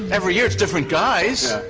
every year it's different guys,